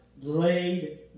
laid